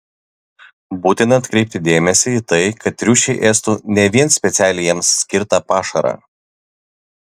būtina atkreipti dėmesį į tai kad triušiai ėstų ne vien specialiai jiems skirtą pašarą